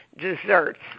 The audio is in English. desserts